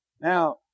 now